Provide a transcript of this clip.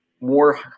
more